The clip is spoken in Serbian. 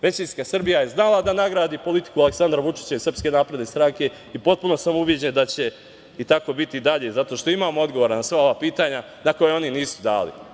Većinska Srbija je znala da nagradi politiku Aleksandra Vučića i SNS i potpuno sam ubeđen da će tako biti i dalje, zato što imamo odgovore na sva ova pitanja na koja oni nisu dali.